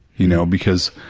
you know, because,